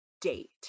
date